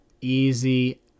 easy